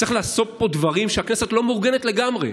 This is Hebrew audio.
צריך לעשות פה דברים שהכנסת לא מאורגנת אליהם לגמרי.